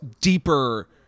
deeper